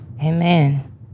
Amen